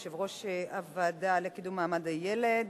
יושב-ראש הוועדה לקידום מעמד הילד.